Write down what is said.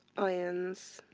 ions,